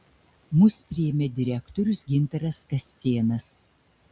mus priėmė direktorius gintaras kascėnas